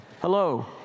Hello